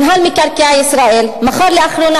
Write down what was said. מינהל מקרקעי ישראל מכר לאחרונה,